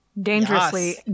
dangerously